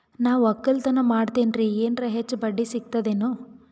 ನಾ ಒಕ್ಕಲತನ ಮಾಡತೆನ್ರಿ ಎನೆರ ಹೆಚ್ಚ ಬಡ್ಡಿ ಸಿಗತದೇನು?